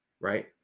right